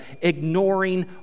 ignoring